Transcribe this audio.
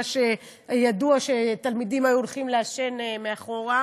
ידוע שתלמידים היו הולכים לעשן מאחור,